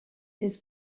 his